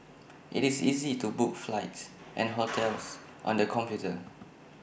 IT is easy to book flights and hotels on the computer